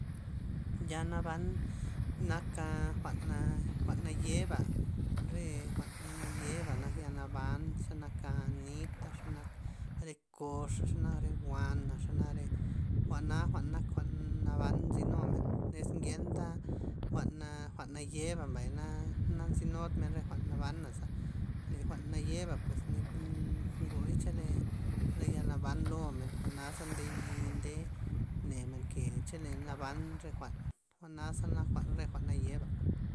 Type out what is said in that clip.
Ya naban, naka jwa'n a jwa'n naye'ba, re jwa'n naye'ba yanaban xanak nit xanak re koxa xenak re wana xenak re jwa'na jwa'n naban nzynun men, iz ngenta jwa'n jwa'n naye'ba mbay na na nzynudmen re jwa'n naba'na za le jwa'n naye'ba pues nn- ngoy chole re yal naban lomen jwa'naza nde yi' nde ne men ke chele naban re jwa'n jwa'naza nak jwa'n re jwa'n nayeba.